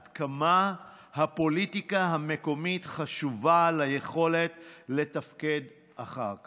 עד כמה הפוליטיקה המקומית חשובה ליכולת לתפקד אחר כך.